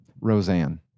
Roseanne